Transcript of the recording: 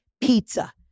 Pizza